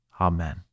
Amen